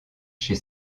chez